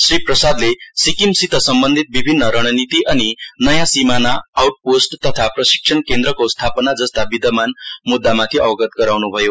श्री प्रसादले सिक्किमसित सम्बन्धित विभिन्न रणनिती अनि नयाँ सीमाना आउटपोस्ट तथा प्रशिक्षण केन्द्रको स्थापना जस्ता विद्यमान मुद्दामाथि अवगत गराउनुभयो